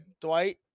Dwight